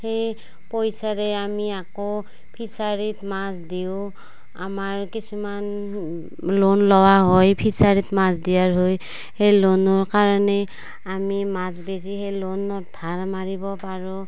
সেই পইচাৰে আমি আকৌ ফিচাৰিত মাছ দিওঁ আমাৰ কিছুমান লোন লোৱা হয় ফিচাৰিত মাছ দিয়াৰ হৈ সেই লোনৰ কাৰণেই আমি মাছ বেছি সেই লোনৰ ধাৰ মাৰিব পাৰোঁ